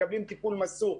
מקבלים טיפול מסור,